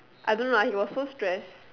I don't know lah he was so stress